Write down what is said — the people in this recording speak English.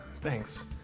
thanks